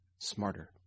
smarter